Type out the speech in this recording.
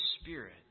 Spirit